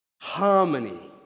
harmony